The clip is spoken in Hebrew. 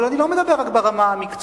אבל אני לא מדבר רק ברמה המקצועית.